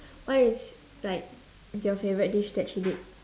what is like your favourite dish that she did